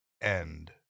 end